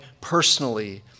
personally